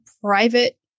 private